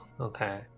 Okay